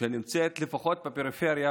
שיש לפחות בפריפריה,